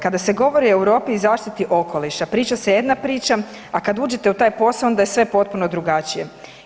Kada se govori o Europi i zaštiti okoliša priča se jedna priča, a kad uđete u taj posao onda je sve potpuno drugačije.